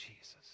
Jesus